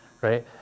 right